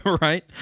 Right